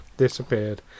disappeared